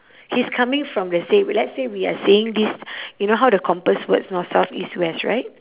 he's coming from the same let's say we are saying this you know how the compass works north south east west right